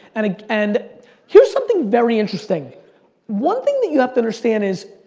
and and here is something very interesting one thing that you have to understand is,